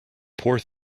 poor